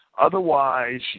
Otherwise